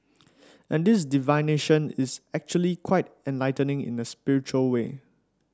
and this divination is actually quite enlightening in a spiritual way